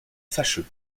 fâcheux